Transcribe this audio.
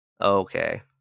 okay